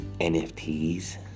NFTs